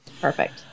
Perfect